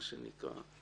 מה שנקרא.